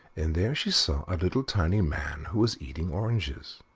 and there she saw a little tiny man, who was eating oranges.